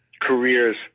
careers